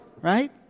right